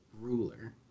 ruler